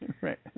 Right